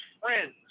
friends